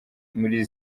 muri